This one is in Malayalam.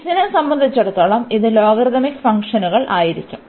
x നെ സംബന്ധിച്ചിടത്തോളം ഇത് ലോഗരിഥമിക് ഫംഗ്ഷനുകൾ ആയിരിക്കും